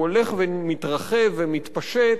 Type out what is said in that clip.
והוא הולך ומתרחב ומתפשט.